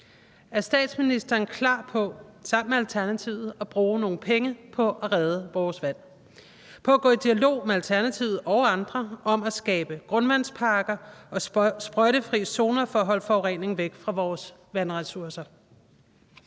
Er statsministeren klar på sammen med Alternativet at bruge nogle penge på at redde vores vand og på at gå i dialog med Alternativet og andre om at skabe grundvandsparker og sprøjtefrie zoner for at holde forureningen væk fra vores vandressourcer?